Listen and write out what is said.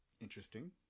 interesting